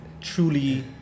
truly